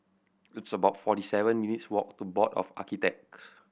it's about forty seven minutes' walk to Board of Architects